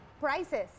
prices